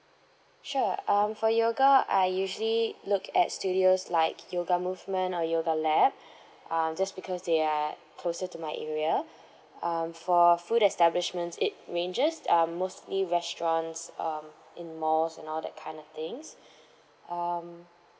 sure um for yoga I usually look at studios like yoga movement or yoga lab um just because they are closer to my area um for food establishment it ranges um mostly restaurants um in malls and all that kind of things um